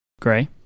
Gray